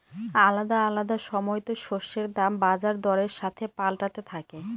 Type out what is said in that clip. আলাদা আলাদা সময়তো শস্যের দাম বাজার দরের সাথে পাল্টাতে থাকে